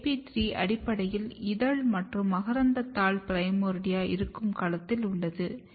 AP3 அடிப்படையில் இதழ் மற்றும் மகரந்தத்தாள் பிரைமோர்டியா இருக்கும் களத்தில் உள்ளது